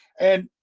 and,